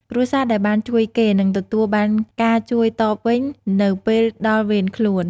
គ្រួសារដែលបានជួយគេ នឹងទទួលបានការជួយតបវិញនៅពេលដល់វេនខ្លួន។